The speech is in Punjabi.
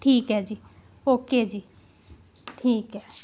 ਠੀਕ ਹੈ ਜੀ ਓਕੇ ਜੀ ਠੀਕ ਹੈ